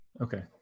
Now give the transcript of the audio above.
Okay